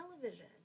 television